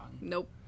Nope